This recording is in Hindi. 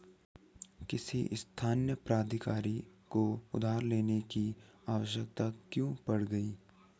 किसी स्थानीय प्राधिकारी को उधार लेने की आवश्यकता क्यों पड़ गई?